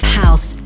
house